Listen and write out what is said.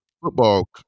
football